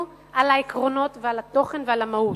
על העקרונות ועל התוכן ועל המהות.